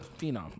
phenom